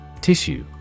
Tissue